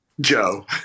Joe